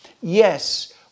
Yes